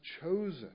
chosen